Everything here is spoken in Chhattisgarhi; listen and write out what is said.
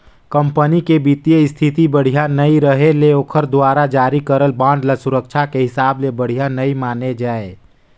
कंपनी के बित्तीय इस्थिति बड़िहा नइ रहें ले ओखर दुवारा जारी करल बांड ल सुरक्छा के हिसाब ले बढ़िया नइ माने जाए